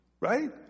right